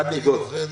הדין.